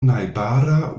najbara